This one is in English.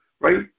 right